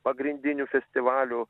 pagrindinių festivalių